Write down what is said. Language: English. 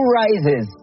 rises